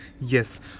Yes